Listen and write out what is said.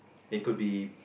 it could be